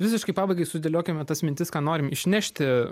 visiškai pabaigai sudėliokime tas mintis ką norim išnešti